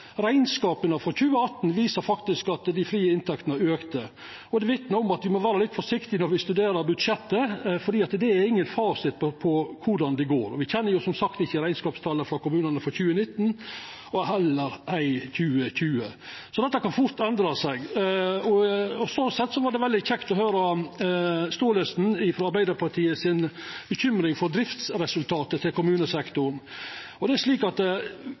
for 2018 viser faktisk at dei frie inntektene auka. Det vitnar om at me må vera litt forsiktige når me studerer budsjettet, for det er ingen fasit på korleis det går. Me kjenner som sagt ikkje kommunane sine rekneskapstal for 2019, heller ikkje for 2020. Så dette kan fort endra seg. Sånn sett var det veldig kjekt å høyra frå representanten Gåsemyr Staalesen om uroa som Arbeidarpartiet har for driftsresultatet til kommunesektoren. Viss driftsresultata over tid viser ei negativ utvikling, er det all grunn til å følgja godt med. Det